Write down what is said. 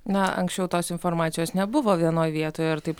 na anksčiau tos informacijos nebuvo vienoj vietoj ir taip